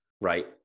Right